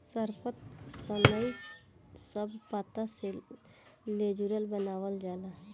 सरपत, सनई इ सब पत्ता से लेजुर बनावाल जाला